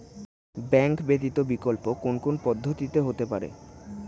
Bank ব্যতীত বিকল্প কোন কোন পদ্ধতিতে হতে পারে?